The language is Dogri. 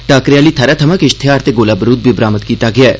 टाकरे आह्ली थाहरै थमां किश थेआर ते गोला बारूद बी बरामद कीता गेआ ऐ